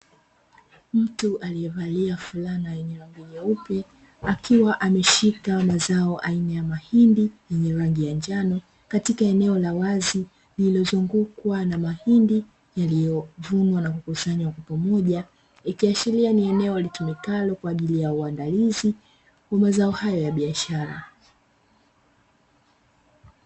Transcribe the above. Mtu alievalia fulana lenye rangi nyeupe ,akiwa ameshika mazao aina ya mahindi, yenye rangi ya njano katika eneo la wazi lililozungukwa na mahindi yaliyovunwa na kukusanywa kwa pamoja. Ikiashiria ni eneo litumikalo kwaajili ya uandalizi wa mazao hayo ya biashara.